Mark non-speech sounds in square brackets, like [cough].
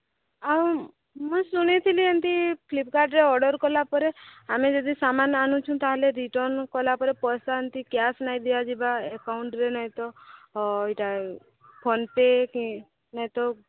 ଆଉ ମୁଁ ଶୁଣିଥିଲି ଏମିତି ଫ୍ଲିପକାର୍ଟରେ ଅର୍ଡର୍ କଲା ପରେ ଆମେ ଯଦି ସାମାନ ଆଣୁଛୁ ତାହେଲେ ରିଟର୍ନ୍ କଲା ପରେ [unintelligible] କ୍ୟାଶ୍ ନାଇଁ ଦିଆଯିବା ଆକାଉଣ୍ଟରେ ନାଇଁ ତ ଏଇଟା ଫୋନ୍ ପେ କି ନାଇଁ ତ